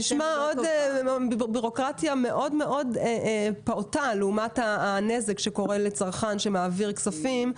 נשמע בירוקרטיה מאוד מאוד פעוטה לעומת הנזק שקורה לצרכן שמעביר כספים,